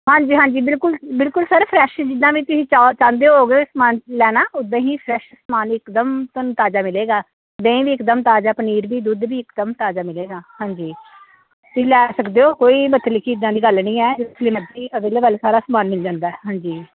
ਹਾਂਜੀ ਹਾਂਜੀ ਬਿਲਕੁਲ ਬਿਲਕੁਲ ਸਰ ਫਰੈਸ਼ ਜਿੱਦਾਂ ਵੀ ਤੁਸੀਂ ਚਾਹੋ ਚਾਹੁੰਦੇ ਹੋਓਗੇ ਸਮਾਨ ਲੈਣਾ ਉੱਦਾਂ ਹੀ ਫਰੈਸ਼ ਸਮਾਨ ਇਕਦਮ ਤੁਹਾਨੂੰ ਤਾਜ਼ਾ ਮਿਲੇਗਾ ਦਹੀਂ ਵੀ ਇਕਦਮ ਤਾਜ਼ਾ ਪਨੀਰ ਵੀ ਦੁੱਧ ਵੀ ਇਕਦਮ ਤਾਜ਼ਾ ਮਿਲੇਗਾ ਹਾਂਜੀ ਤੁਸੀਂ ਲੈ ਸਕਦੇ ਹੋ ਕੋਈ ਮਤਲਬ ਕਿ ਇੱਦਾਂ ਦੀ ਗੱਲ ਨਹੀਂ ਹੈ ਅਵੇਲੇਵਲ ਸਾਰਾ ਸਮਾਨ ਮਿਲ ਜਾਂਦਾ ਹਾਂਜੀ